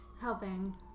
Helping